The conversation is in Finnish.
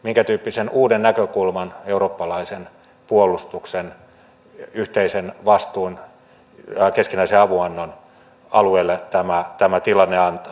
minkätyyppisen uuden näkökulman eurooppalaisen puolustuksen yhteisen vastuun keskinäisen avunannon alueelle tämä tilanne antaa